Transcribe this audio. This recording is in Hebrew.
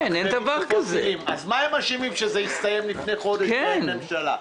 מה הם אשמים שזה הסתיים כשאין ממשלה?